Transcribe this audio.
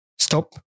Stop